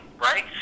right